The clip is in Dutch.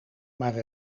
maar